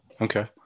Okay